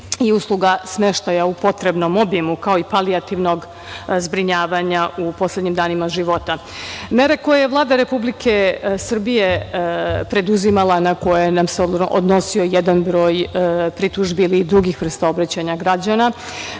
i usluga smeštaja u potrebnom obimu, kao i paliativnog zbrinjavanja u poslednjim danima života. Mere koje je Vlada Republike Srbije preduzimala, na koje nam se odnosio jedan broj pritužbi ili drugih vrsta obraćanja građana,